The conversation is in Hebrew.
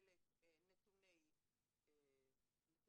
GISשמקבלת נתונים פיזיים,